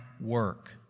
work